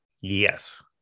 Yes